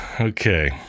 Okay